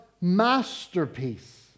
Masterpiece